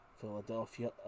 Philadelphia